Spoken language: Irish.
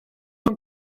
liom